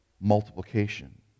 multiplication